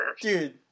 Dude